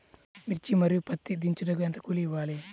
మిర్చి మరియు పత్తి దించుటకు ఎంత కూలి ఇవ్వాలి?